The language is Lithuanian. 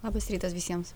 labas rytas visiems